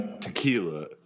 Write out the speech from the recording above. Tequila